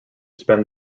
spend